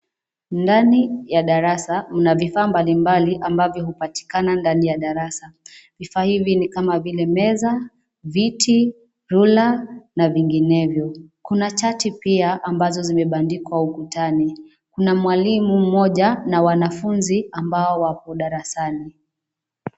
Ndani ya darasa kuna vifaa mbalimbali ambavyo hupatikana ndani ya darasa. Vifaa hivi ni kama vile meza, viti, rula na vinginevyo. Kuna chati pia ambazo zimebandikwa ukutani. Kuna mwalimu mmoja na wanafunzi ambao wapo darasani.